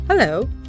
Hello